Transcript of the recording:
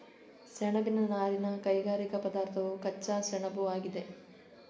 ಸೆಣಬಿನ ನಾರಿನ ಕೈಗಾರಿಕಾ ಪದಾರ್ಥವು ಕಚ್ಚಾ ಸೆಣಬುಆಗಿದೆ